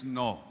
no